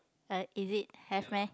uh is it have meh